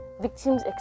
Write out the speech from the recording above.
Victims